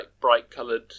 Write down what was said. bright-coloured